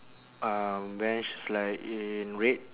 uh bench is like in red